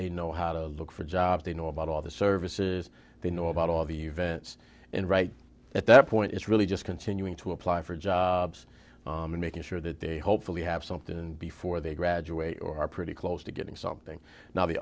they know how to look for jobs they know about all the services they know about all the events and right at that point it's really just continuing to apply for jobs and making sure that they hopefully have something and before they graduate or are pretty close to getting something now the